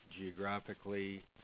geographically